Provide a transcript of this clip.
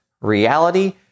reality